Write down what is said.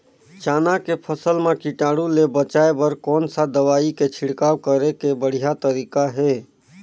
चाना के फसल मा कीटाणु ले बचाय बर कोन सा दवाई के छिड़काव करे के बढ़िया तरीका हे?